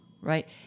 right